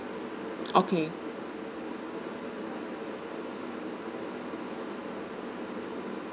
okay